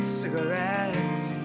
cigarettes